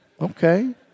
Okay